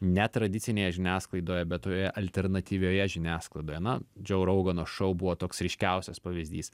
ne tradicinėje žiniasklaidoje bet toje alternatyvioje žiniasklaidoje na džiau rougano šou buvo toks ryškiausias pavyzdys